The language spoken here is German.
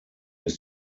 ist